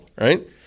right